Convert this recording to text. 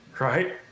right